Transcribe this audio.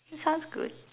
it sounds good